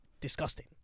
disgusting